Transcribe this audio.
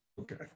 Okay